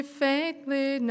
faintly